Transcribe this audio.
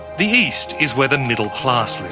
the east is where the middle class live.